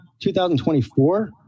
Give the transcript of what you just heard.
2024